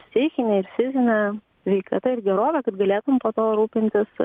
psichine ir fizine sveikata ir gerove kad galėtum po to rūpintis